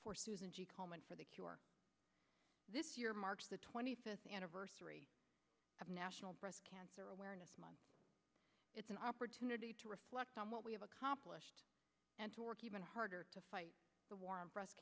for susan g komen for the cure this year marks the twenty fifth anniversary of national breast cancer awareness month it's an opportunity to reflect on what we have accomplished and to work even harder to fight the war on breast